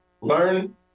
learn